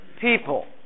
people